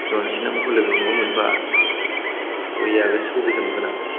जन सेना मोनखौ लोगो हमनोबा मोनबा बरिया गोसोखौ गोजोन मोनगोन आं